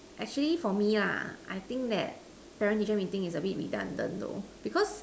actually for me lah I think that parent teacher meeting is redundant though because